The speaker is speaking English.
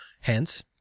Hence